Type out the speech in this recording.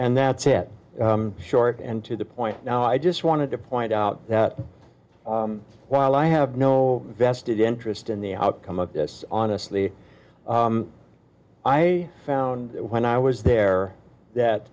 and that's it short and to the point now i just wanted to point out that while i have no vested interest in the outcome of this honestly i found it when i was there that